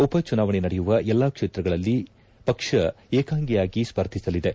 ಉಪ ಚುನಾವಣೆ ನಡೆಯುವ ಎಲ್ಲಾ ಕ್ಷೇತ್ರಗಳಲ್ಲಿ ಪಕ್ಷ ಏಕಾಂಗಿಯಾಗಿ ಸ್ಪರ್ಧಿಸಲಿದೆ